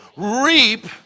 Reap